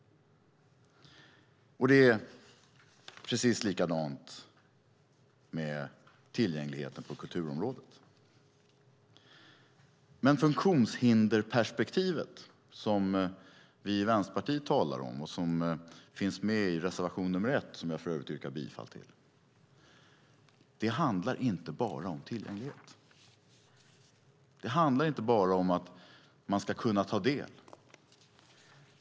Det är precis likadant med tillgängligheten på kulturområdet. Men funktionshindersperspektivet, som vi i Vänsterpartiet talar om och som finns med i reservation 1, som jag för övrigt yrkar bifall till, handlar inte bara om tillgänglighet. Det handlar inte bara om att man ska kunna ta del.